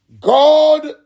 God